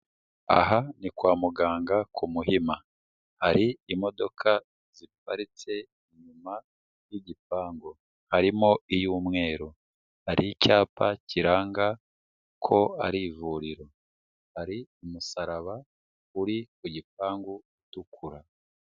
Aha ni kwa muganga ku muhima hari imodoka ziparitse inyuma y'igipangu harimo iy'umweru, hari icyapa kiranga ko ari ivuriro. Hari umusaraba uri ku gipangu utukura.